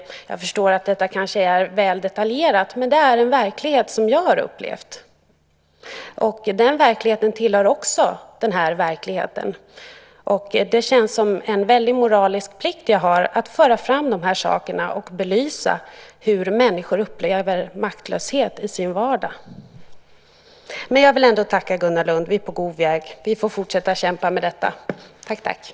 Jag kan förstå att detta kanske är väl detaljerat, men det är en verklighet som jag har upplevt. Jag känner det som en stark moralisk plikt att föra fram de här sakerna och belysa hur människor kan uppleva maktlöshet i sin vardag. Jag vill ändå tacka Gunnar Lund för hans svar. Vi får fortsätta att kämpa med detta, och vi är på god väg.